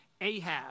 Ahab